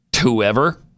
Whoever